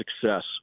success